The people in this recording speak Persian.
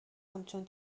همچون